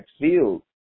field